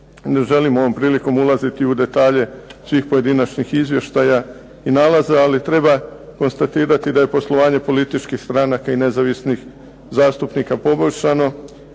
Ne želim ovom prilikom ulaziti u detalje svih pojedinačnih izvještaja i nalaza, ali treba konstatirati da je poslovanje političkih stranaka i nezavisnih zastupnika poboljšano